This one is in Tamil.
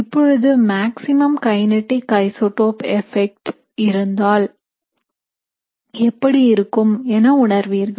இப்பொழுது மேக்ஸிமம் கைநீட்டிக் ஐசோடோப் எபெக்ட் இருந்தால் எப்படி இருக்கும் என உணர்வீர்கள்